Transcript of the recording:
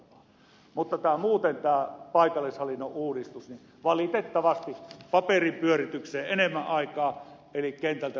mutta muuten tässä paikallishallinnon uudistuksessa valitettavasti paperin pyöritykseen menee enemmän aikaa eli kentältä on viety resursseja